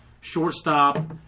shortstop